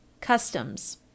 Customs